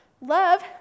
Love